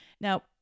Now